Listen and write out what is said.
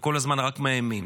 וכל הזמן רק מאיימים.